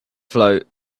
float